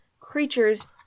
creatures